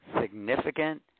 significant